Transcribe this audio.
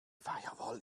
firewall